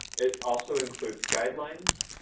it also includes guidelines,